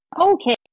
Okay